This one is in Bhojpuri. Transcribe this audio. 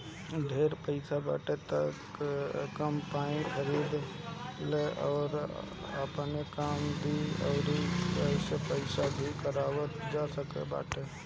ढेर पईसा बाटे त कम्पाईन खरीद लअ इ आपनो काम दी अउरी एसे पईसा भी कमाइल जा सकत बाटे